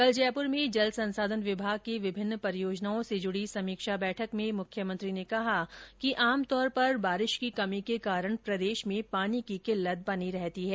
कल जयपुर में जल संसाधन विभाग की विभिन्न परियोजनाओं से जुड़ी समीक्षा बैठक में मुख्यमंत्री ने कहा कि आमतौर पर वर्षा की कमी के कारण प्रदेश में पानी की किल्लत बनी रहती है